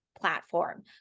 platform